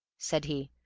said he.